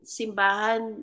simbahan